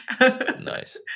Nice